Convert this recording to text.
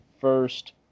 first –